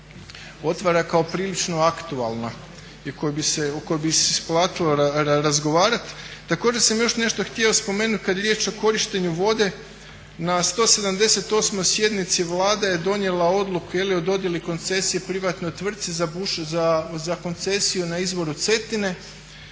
otvara kao prilično aktualna i o kojoj bi se isplatilo razgovarati. Također sam još nešto htio spomenuti kad je riječ o korištenju vode na 178.sjednici Vlada je donijela odluku je li o dodjeli koncesije privatnoj tvrtci za koncesiju na izvoru Cetine,